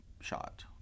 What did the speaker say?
shot